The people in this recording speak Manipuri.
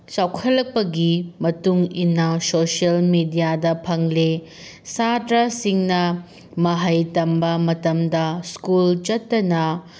ꯆꯥꯎꯈꯠꯂꯛꯄꯒꯤ ꯃꯇꯨꯡ ꯏꯟꯅ ꯁꯣꯁꯦꯜ ꯃꯦꯗꯤꯌꯥꯗ ꯐꯪꯂꯤ ꯁꯥꯇ꯭ꯔꯁꯤꯡꯅ ꯃꯍꯩ ꯇꯝꯕ ꯃꯇꯝꯗ ꯁ꯭ꯀꯨꯜ ꯆꯠꯇꯅ